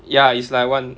ya it's like one